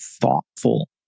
thoughtful